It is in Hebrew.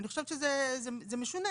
אני חושבת שזה משונה,